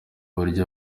uburyo